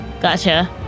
Gotcha